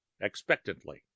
expectantly